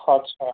अच्छा